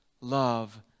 love